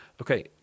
Okay